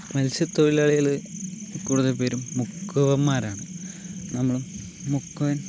മത്സ്യ തൊഴിലാളികള് കൂടുതൽ പേരും മുക്കുവന്മാരാണ് നമ്മളും മുക്കുവൻ